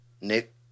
Nick